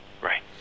Right